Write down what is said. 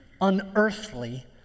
unearthly